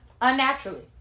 unnaturally